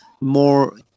more